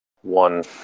one